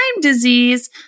disease